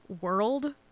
world